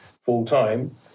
full-time